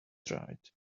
tried